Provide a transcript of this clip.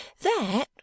That